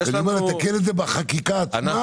יש לנו --- אז אני אומר לתקן את זה בחקיקה עצמה --- יש